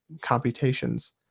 computations